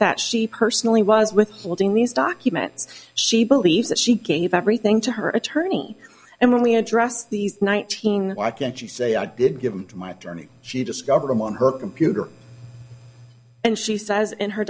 that she personally was withholding these documents she believes that she gave everything to her attorney and when we address these nineteen why can't you say i did give him my journey she discovered him on her computer and she says in her